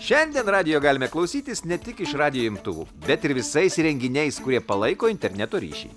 šiandien radijo galime klausytis ne tik iš radijo imtuvų bet ir visais įrenginiais kurie palaiko interneto ryšį